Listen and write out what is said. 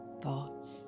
thoughts